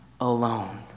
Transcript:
alone